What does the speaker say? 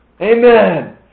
Amen